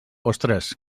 ostres